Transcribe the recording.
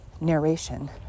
narration